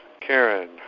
Karen